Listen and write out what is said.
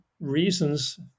reasons